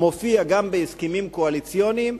מופיע גם בהסכמים הקואליציוניים.